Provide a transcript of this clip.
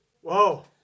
whoa